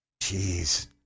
Jeez